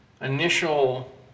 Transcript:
initial